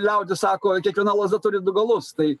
liaudis sako kiekviena lazda turi du galus tai